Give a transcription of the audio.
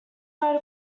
wrote